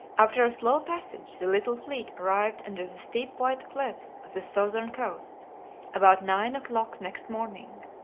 after a slow passage the little fleet arrived under the steep white cliffs of the southern coast about nine o'clock next morning.